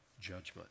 judgment